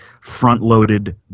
front-loaded